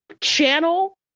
channel